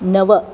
नव